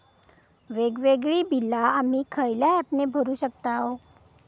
वेगवेगळी बिला आम्ही खयल्या ऍपने भरू शकताव?